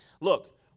Look